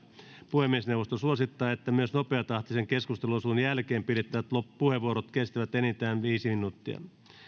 puhemiesneuvosto suosittaa että myös nopeatahtisen keskusteluosuuden jälkeen pidettävät puheenvuorot kestävät enintään viisi minuuttia